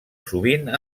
sovint